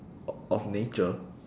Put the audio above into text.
o~ of nature